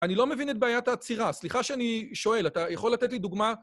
אני לא מבין את בעיית העצירה. סליחה שאני שואל, אתה יכול לתת לי דוגמה?